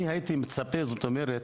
אני הייתי מצפה, זאת אומרת,